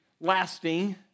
lasting